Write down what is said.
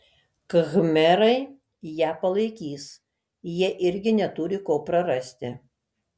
khmerai ją palaikys jie irgi neturi ko prarasti